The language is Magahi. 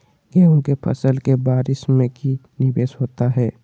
गेंहू के फ़सल के बारिस में की निवेस होता है?